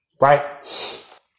right